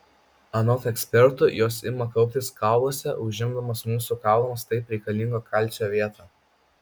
anot ekspertų jos ima kauptis kauluose užimdamos mūsų kaulams taip reikalingo kalcio vietą